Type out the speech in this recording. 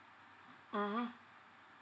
mmhmm